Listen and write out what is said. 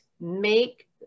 make